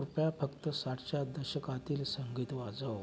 कृपया फक्त साठच्या दशकातील संगीत वाजव